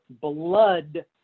blood